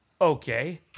Okay